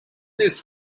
this